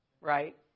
right